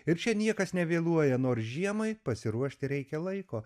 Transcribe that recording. ir čia niekas nevėluoja nors žiemai pasiruošti reikia laiko